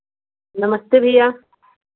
नमस्ते भैया